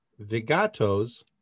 Vigatos